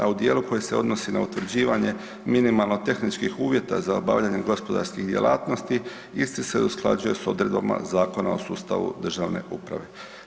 A u dijelu koji se odnosi na utvrđivanje minimalno tehničkih uvjeta za obavljanje gospodarskih djelatnosti, isti se usklađuje s odredbama Zakona o sustavu državne uprave.